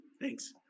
Thanks